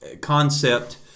concept